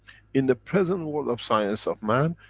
in the present world of science of man